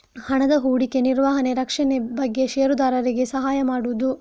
ಹಣದ ಹೂಡಿಕೆ, ನಿರ್ವಹಣೆ, ರಕ್ಷಣೆ ಬಗ್ಗೆ ಷೇರುದಾರರಿಗೆ ಸಹಾಯ ಮಾಡುದು